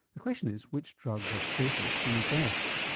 the question is which drugs are safest and best?